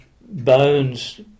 Bones